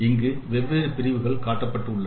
இங்கு வெவ்வேறு பிரிவுகள் காட்டப்பட்டுள்ளன